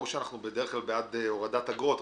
ברור שבדרך כלל אנחנו בעד הורדת אגרות.